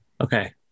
okay